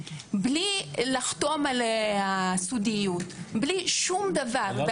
בלי לחתום על סודיות ובלי שום דבר.